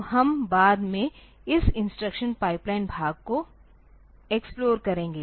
तो हम बाद में इस इंस्ट्रक्शन पाइपलाइन भाग को एक्स्प्लोर करेंगे